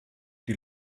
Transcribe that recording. die